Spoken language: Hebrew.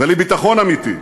ולביטחון אמיתי.